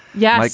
yeah. like